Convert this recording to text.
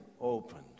opened